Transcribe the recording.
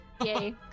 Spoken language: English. Yay